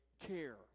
care